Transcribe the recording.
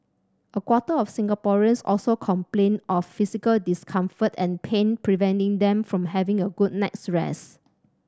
a quarter of Singaporeans also complained of physical discomfort and pain preventing them from having a good night's rest